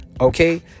Okay